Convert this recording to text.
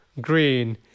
green